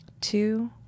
two